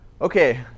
Okay